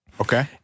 Okay